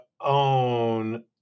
own